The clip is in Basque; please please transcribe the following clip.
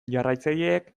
jarraitzaileek